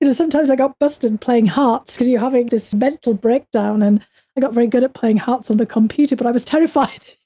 you know sometimes i got busted playing hearts because you're having this mental breakdown and i got very good at paying hearts on the computer, but i was terrified,